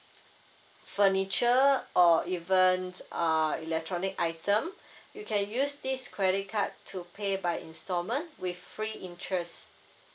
furniture or even uh electronic item you can use this credit card to pay by installment with free interest